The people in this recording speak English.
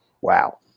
Wow